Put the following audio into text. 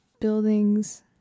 buildings